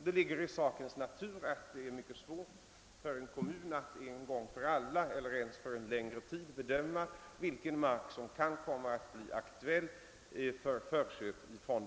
Det ligger i sakens natur att det är mycket svårt för en kommun att en gång för alla eller ens för en längre tid bedöma vilken mark som från dessa synpunkter kan komma att bli aktuell för förköp.